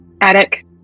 attic